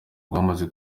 rwamaze